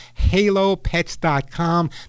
halopets.com